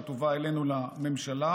שתובא אלינו לממשלה,